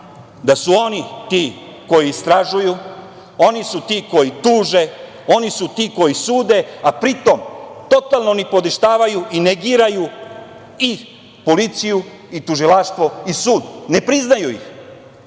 da su oni ti koji istražuju, oni su ti koji tuže, oni su ti koji sude, a pritom totalno nipodaštavaju i negiraju i policiju i tužilaštvo i sud. Ne priznaju ih.